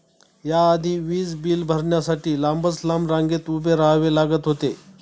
या आधी वीज बिल भरण्यासाठी लांबच लांब रांगेत उभे राहावे लागत होते